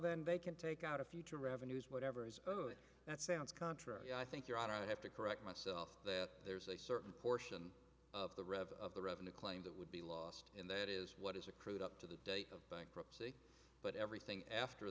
then they can take out a future revenues whatever is that sounds contrary i think your honor i have to correct myself that there's a certain portion of the rev the revenue claim that would be lost in that is what is accrued up to the date of bankruptcy but everything after